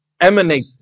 emanate